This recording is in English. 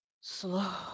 slow